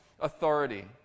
authority